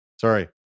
sorry